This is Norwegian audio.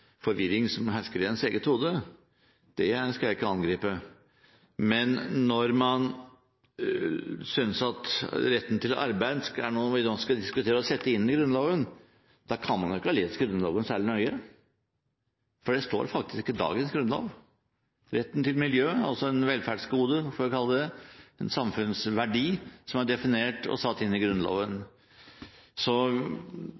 forvirring som hersker i ens eget hode, det skal jeg ikke angripe. Men når man synes at retten til arbeid er noe vi skal diskutere og så sette inn i Grunnloven, kan man ikke ha lest Grunnloven særlig nøye. Det står faktisk i dagens grunnlov. Retten til miljø – et velferdsgode, for å kalle det det – er en samfunnsverdi som er definert og satt inn i Grunnloven.